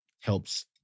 helps